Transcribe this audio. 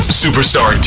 superstar